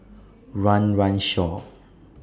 Run Run Shaw